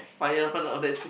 fire one ah that's it